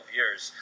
years